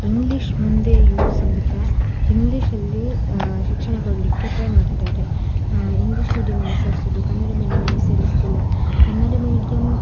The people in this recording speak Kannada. ಇಂಗ್ಲೀಷ್ ಮುಂದೆ ಯೂಸ್ ಅಂತ ಇಂಗ್ಲೀಷಲ್ಲಿ ಶಿಕ್ಷಣ ಕೊಡಲಿಕ್ಕೆ ಟ್ರೈ ಮಾಡ್ತಾರೆ ಇಂಗ್ಲೀಷ್ ಮೀಡಿಯಮ್ಮಿಗೆ ಸೇರ್ಸೋದು ಕನ್ನಡ ಮೀಡಿಯಮ್ಮಿಗೆ ಸೇರಿಸ್ತಿಲ್ಲ ಕನ್ನಡ ಮೀಡಿಯಮ್